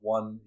One